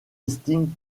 estime